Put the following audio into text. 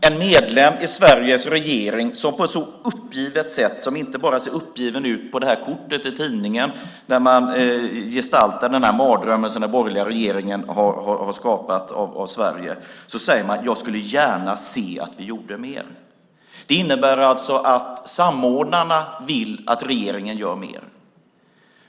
En medlem i Sveriges regering, som inte bara ser uppgiven ut på kortet i tidningen där man gestaltar den här mardrömmen som den borgerliga regeringen har skapat av Sverige, säger på ett uppgivet sätt: Jag skulle gärna se att vi gjorde mer. Det innebär alltså att samordnarna vill att regeringen gör mer.